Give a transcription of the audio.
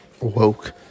woke